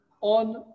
on